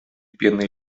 пеной